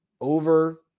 over